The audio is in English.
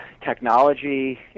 technology